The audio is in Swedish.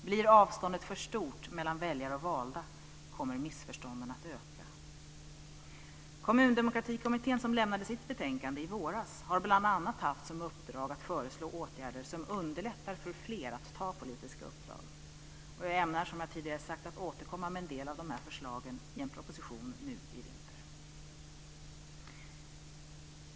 Om avståndet blir för stort mellan väljare och valda kommer missförstånden att öka. Kommundemokratikommittén som lämnade sitt betänkande i våras har bl.a. haft som uppdrag att föreslå åtgärder som underlättar för fler att ta politiska uppdrag. Jag ämnar, som jag tidigare har sagt, att återkomma med en del av de här förslagen i en proposition nu i vinter.